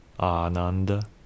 ananda